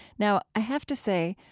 now, i have to say,